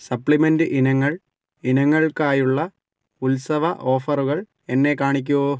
supplement ഇനങ്ങൾ ഇനങ്ങൾക്കായുള്ള ഉത്സവ ഓഫറുകൾ എന്നെ കാണിക്കൂ